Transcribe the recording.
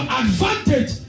advantage